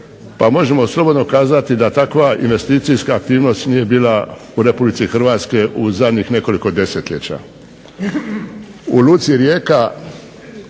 pa možemo slobodno kazati da takva investicijska aktivnost nije bila u RH u zadnjih nekoliko desetljeća.